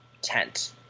tent